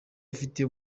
afite